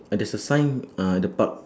uh there's a sign uh at the park